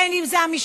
בין אם זה המשפטים,